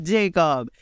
Jacob